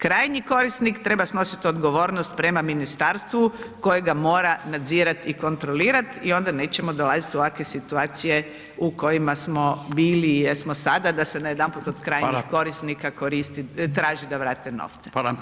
Krajnji korisnik treba snositi odgovornost prema ministarstvu koje ga mora nadzirat i kontrolirat i onda nećemo dolaziti u ovakve situacije u kojima smo bili i jesmo sada da se najedanput od krajnjih [[Upadica: Hvala.]] korisnika koristi traži da vrate novce.